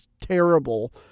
terrible